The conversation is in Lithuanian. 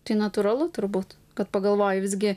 tai natūralu turbūt kad pagalvoji visgi